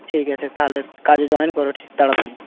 ঠিক আছে তাহলে কাজে জয়েন করো ঠিক তাড়াতাড়ি